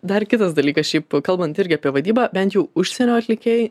dar kitas dalykas šiaip kalbant irgi apie vadybą bent jau užsienio atlikėjai